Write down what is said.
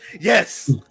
yes